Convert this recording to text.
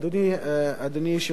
אדוני היושב-ראש,